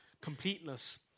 completeness